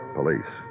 police